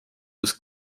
was